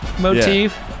motif